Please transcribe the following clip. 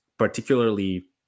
Particularly